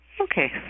Okay